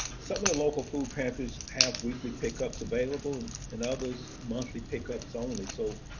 some of the local food pantries have weekly pickups available and others monthly pickups only. so,